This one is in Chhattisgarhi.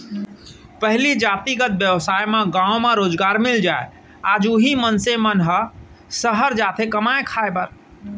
पहिली जातिगत बेवसाय म गाँव म रोजगार मिल जाय आज उही मनसे मन ह सहर जाथे कमाए खाए बर